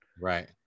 Right